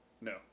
No